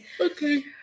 Okay